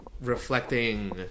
reflecting